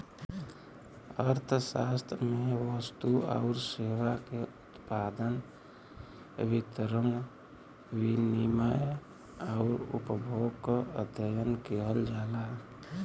अर्थशास्त्र में वस्तु आउर सेवा के उत्पादन, वितरण, विनिमय आउर उपभोग क अध्ययन किहल जाला